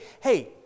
hey